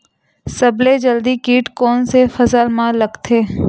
सबले जल्दी कीट कोन से फसल मा लगथे?